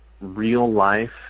real-life